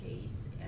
case